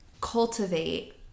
cultivate